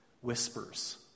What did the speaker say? whispers